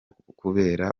kubera